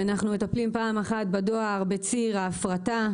אנחנו מטפלים פעם אחת בדואר בציר ההפרטה.